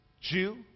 Jew